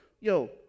Yo